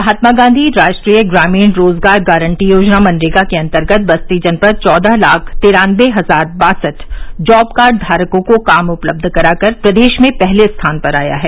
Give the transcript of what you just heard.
महात्मा गांधी राष्ट्रीय ग्रामीण रोजगार गारंटी योजना मनरेगा के अन्तर्गत बस्ती जनपद चौदह लाख तिरानबे हजार बासठ जॉबकार्ड धारकों को काम उपलब्ध कराकर प्रदेश में पहले स्थान पर आया है